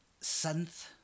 synth